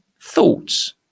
thoughts